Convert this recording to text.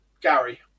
Gary